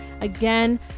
Again